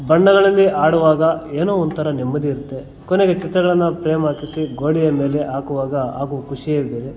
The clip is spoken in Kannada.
ಬಣ್ಣಗಳಲ್ಲಿ ಆಡುವಾಗ ಏನೋ ಒಂಥರ ನೆಮ್ಮದಿ ಇರುತ್ತೆ ಕೊನೆಗೆ ಚಿತ್ರಗಳನ್ನು ಫ್ರೇಮ್ ಹಾಕಿಸಿ ಗೋಡೆಯ ಮೇಲೆ ಹಾಕುವಾಗ ಆಗುವ ಖುಷಿಯೇ ಬೇರೆ